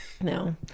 No